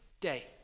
day